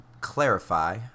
clarify